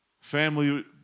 Family